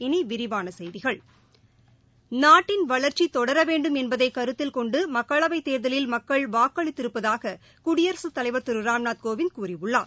இனி விரிவான செய்திகள் நாட்டின் வளர்ச்சி தொடர வேண்டும் என்பதை கருத்தில் கொண்டு மக்களவை தேர்தலில் மக்கள் வாக்களித்திருப்பதாக குடியரசுத் தலைவர் திரு ராம்நாத் கோவிந்த் கூறியுள்ளார்